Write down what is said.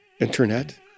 internet